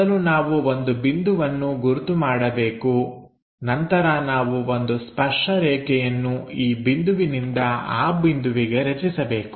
ಮೊದಲು ನಾವು ಒಂದು ಬಿಂದುವನ್ನು ಗುರುತು ಮಾಡಬೇಕು ನಂತರ ನಾವು ಒಂದು ಸ್ಪರ್ಶ ರೇಖೆಯನ್ನು ಈ ಬಿಂದುವಿನಿಂದ ಆ ಬಿಂದುವಿಗೆ ರಚಿಸಬೇಕು